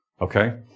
Okay